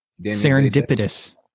Serendipitous